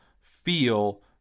feel